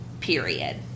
Period